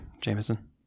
jameson